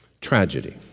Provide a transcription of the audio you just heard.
Tragedy